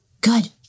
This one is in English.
Good